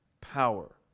power